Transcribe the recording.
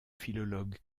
philologue